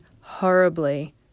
horribly